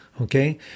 Okay